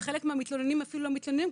וחלק מהמתלוננים אפילו לא מתלוננים,